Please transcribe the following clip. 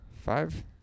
Five